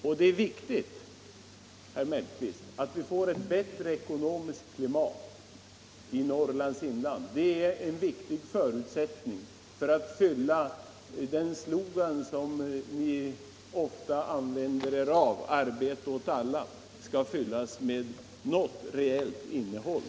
Och ett bättre ekonomiskt klimat i Norrlands inland, herr Mellqvist, är en viktig förutsättning för att den slogan som ni ofta använder — arbete åt alla — skall ges något reellt innehåll.